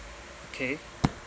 okay